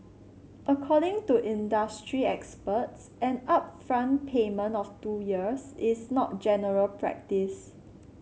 according to industry experts an upfront payment of two years is not general practice